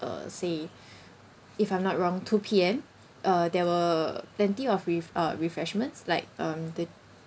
uh say if I'm not wrong two P_M uh there were plenty of ref~ uh refreshments like um the